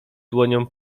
dłonią